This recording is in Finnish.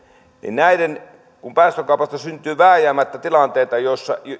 niin kun näiden päästökaupasta syntyy vääjäämättä tilanteita